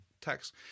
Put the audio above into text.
text